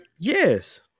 Yes